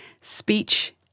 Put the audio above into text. speech